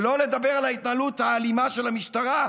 שלא לדבר על ההתנהלות האלימה של המשטרה,